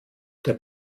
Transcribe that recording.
der